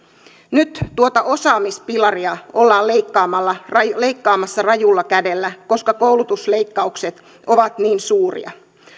nyt tuota osaamispilaria ollaan leikkaamassa rajulla kädellä koska koulutusleikkaukset ovat niin suuria